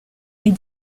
est